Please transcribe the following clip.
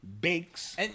bakes